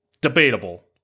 Debatable